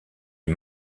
est